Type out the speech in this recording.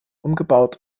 umgebaut